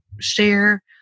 share